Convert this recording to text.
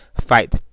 fight